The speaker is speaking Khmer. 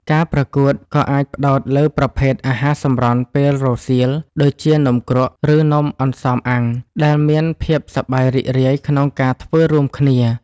ការប្រកួតក៏អាចផ្ដោតលើប្រភេទ អាហារសម្រន់ពេលរសៀល ដូចជា នំគ្រក់ ឬនំអន្សមអាំង ដែលមានភាពសប្បាយរីករាយក្នុងការធ្វើរួមគ្នា។